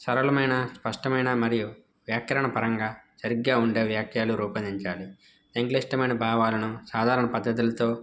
సరళమైన స్పష్టమైన మరియు వ్యాకరణ పరంగా సరిగ్గా ఉండే వ్యాఖ్యాలు రూపొందించాలి సంక్లిష్టమైన భావాలను సాధారణ పద్ధతులతో